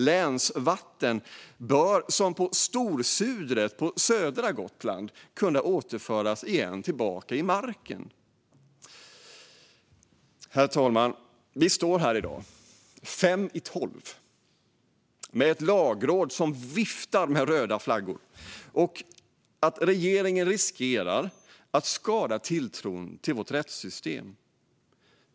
Länsvatten bör, som på Storsudret på södra Gotland, kunna återföras tillbaka i marken. Herr talman! Vi står här i dag, fem i tolv, med ett lagråd som viftar med röda flaggor. Regeringen riskerar att skada tilltron till vårt rättssystem.